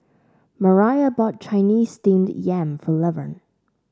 Mariah bought Chinese Steamed Yam for Levern